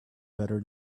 better